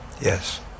Yes